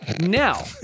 Now